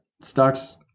stocks